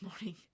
morning